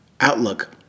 outlook